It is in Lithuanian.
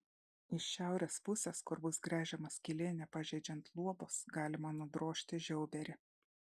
iš šiaurės pusės kur bus gręžiama skylė nepažeidžiant luobos galima nudrožti žiauberį